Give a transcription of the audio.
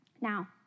Now